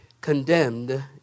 condemned